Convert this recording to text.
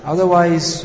Otherwise